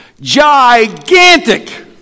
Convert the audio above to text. Gigantic